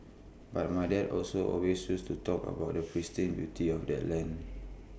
but my dad also always used to talk about the pristine beauty of their land